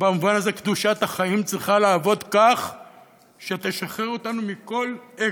ובמובן הזה קדושת החיים צריכה לעבוד כך שתשחרר אותנו עם מכל אגו.